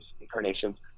incarnations